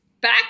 Back